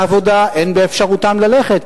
לעבודה אין באפשרותם ללכת,